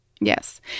Yes